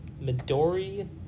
Midori